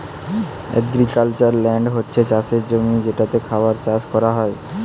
agricultural land হচ্ছে চাষের জমি যেটাতে খাবার চাষ কোরা হয়